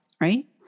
right